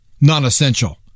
non-essential